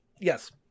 Yes